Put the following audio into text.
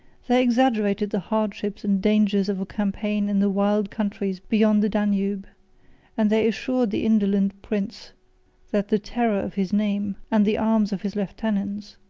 they exaggerated the hardships and dangers of a campaign in the wild countries beyond the danube and they assured the indolent prince that the terror of his name, and the arms of his lieutenants,